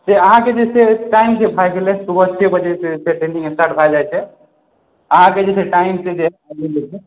से अहाँ के जे छै टाइम के सुबह छओ बजे सॅं ट्रेनिंग स्टार्ट भय जाइ छै अहाँ के जे छै टाइम के